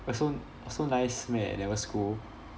oh so so nice meh never scold